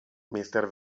mister